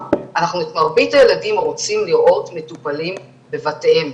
אנחנו רוצים לראות את מרבית הילדים מטופלים בבתיהם.